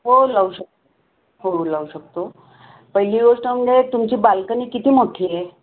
हो लावू शकतो हो लावू शकतो पहिली गोष्ट म्हणजे तुमची बाल्कनी किती मोठी आहे